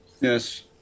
Yes